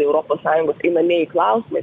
europos sąjungos einamieji klausimai